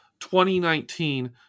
2019